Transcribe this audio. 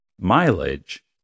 mileage